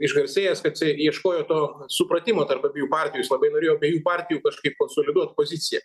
išgarsėjęs kad jisai ieškojo to supratimo tarp abiejų partijų jis labai norėjo abiejų partijų kažkaip konsoliduot poziciją